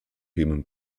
human